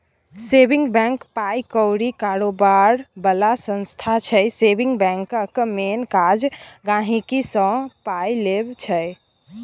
saving bank पाइ कौरी कारोबार बला संस्था छै सेबिंग बैंकक मेन काज गांहिकीसँ पाइ लेब छै